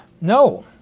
No